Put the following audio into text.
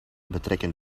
betrekken